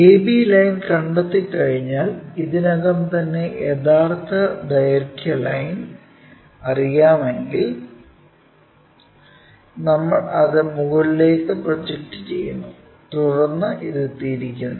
ab line കണ്ടെത്തിക്കഴിഞ്ഞാൽ ഇതിനകം തന്നെ യഥാർത്ഥ ദൈർഘ്യ ലൈൻ അറിയാമെങ്കിൽ നമ്മൾ അത് മുകളിലേക്കു പ്രൊജക്റ്റ് ചെയ്യുന്നു തുടർന്ന് ഇത് തിരിക്കുന്നു